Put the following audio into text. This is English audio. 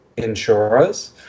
insurers